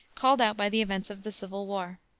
called out by the events of the civil war.